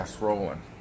rolling